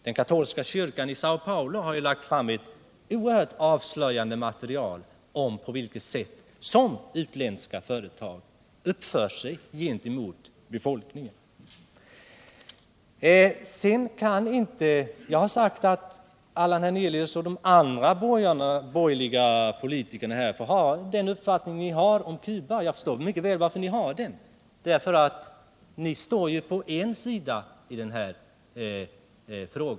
Den katolska kyrkan i Säo Paulo har lagt fram ett oerhört avslöjande material om på vilket sätt utländska företag uppför sig gentemot Jag har sagt att Allan Hernelius och de andra borgerliga politikerna får ha den uppfattning de har om Cuba. Jag förstår mycket väl varför ni har den.